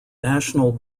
national